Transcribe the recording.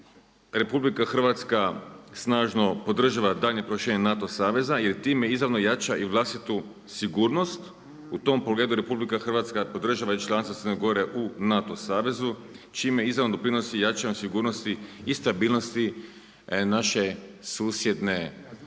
prenijeli, a RH snažno podržava daljnje proširenje NATO saveza jer time izravno jača i vlastitu sigurnost. U tom pogledu RH podržava i članstvo Crne Gore u NATO savezu čime izravno doprinosi jačanju sigurnosti i stabilnosti svoga susjedstva,